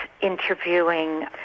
interviewing